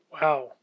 Wow